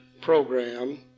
program